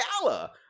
gala